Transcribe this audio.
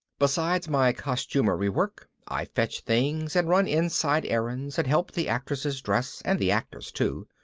besides my costumery work, i fetch things and run inside errands and help the actresses dress and the actors too.